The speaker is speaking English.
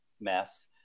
mess